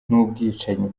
n’ubwicanyi